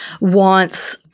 wants